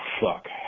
fuck